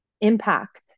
impact